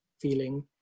feeling